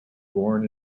born